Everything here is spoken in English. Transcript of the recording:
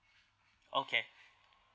okay